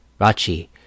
Rachi